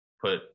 put